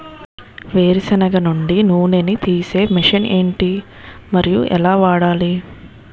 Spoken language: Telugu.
వేరు సెనగ నుండి నూనె నీ తీసే మెషిన్ ఏంటి? మరియు ఎలా వాడాలి?